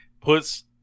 Puts